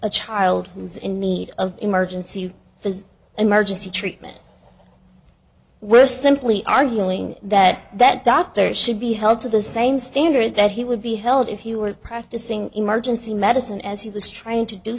a child who's in the of emergency the emergency treatment we're simply arguing that that doctor should be held to the same standard that he would be held if he were practicing emergency medicine as he was trying to do